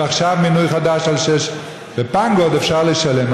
ועכשיו מינוי חדש לכביש 6. בפנגו עוד אפשר לשלם,